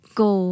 go